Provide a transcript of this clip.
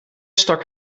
stak